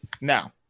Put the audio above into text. Now